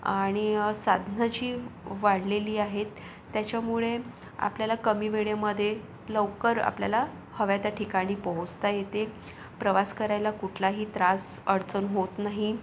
आणि साधनं जी वाढलेली आहेत त्याच्यामुळे आपल्याला कमी वेळेमध्ये लवकर आपल्याला हव्या त्या ठिकाणी पोहचता येते प्रवास करायला कुठलाही त्रास अडचण होत नाही